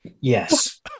yes